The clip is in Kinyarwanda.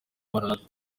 maranatha